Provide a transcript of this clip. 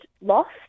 lost